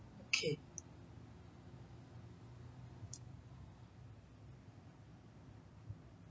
okay